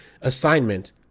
assignment